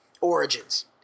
origins